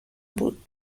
بود